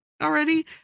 already